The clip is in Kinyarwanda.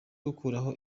gukuraho